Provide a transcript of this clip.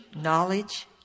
knowledge